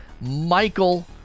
Michael